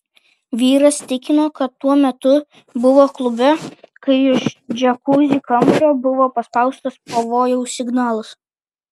vyras tikino kad tuo metu buvo klube kai iš džiakuzi kambario buvo paspaustas pavojaus signalas